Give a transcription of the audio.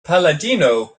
palladino